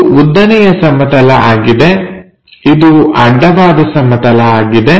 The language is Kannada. ಇದು ಉದ್ದನೆಯ ಸಮತಲ ಆಗಿದೆ ಇದು ಅಡ್ಡವಾದ ಸಮತಲ ಆಗಿದೆ